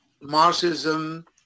Marxism